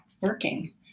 working